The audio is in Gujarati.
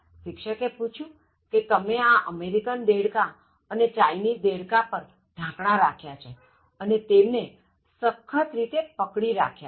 શિક્ષકે પુછ્યું કે તમે આ અમેરિકન દેડકા અને ચાઇનીઝ દેડકા પર ઢાંકણા રાખ્યા છે અને તેમને સખત રીતે પકડી રાખ્યા છે